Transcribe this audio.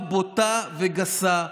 חברי הכנסת,